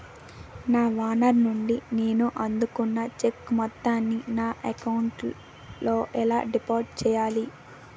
నా ఓనర్ నుండి నేను అందుకున్న చెక్కు మొత్తాన్ని నా అకౌంట్ లోఎలా డిపాజిట్ చేయాలి?